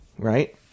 Right